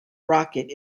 rocket